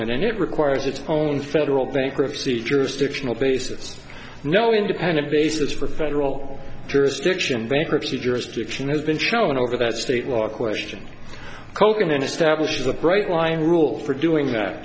it requires its own federal bankruptcy jurisdictional cases no independent basis for federal jurisdiction bankruptcy jurisdiction has been shown over that state law question colcannon establish the bright line rule for doing that